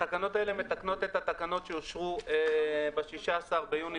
התקנות האלה מתקנות את התקנות שאושרו ב-16 ביוני,